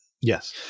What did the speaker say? Yes